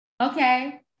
Okay